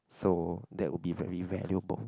so that would be very valuable